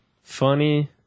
Funny